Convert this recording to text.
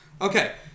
Okay